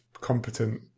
competent